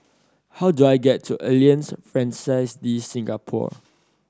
how do I get to Alliance Francaise De Singapour